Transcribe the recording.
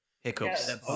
Hiccups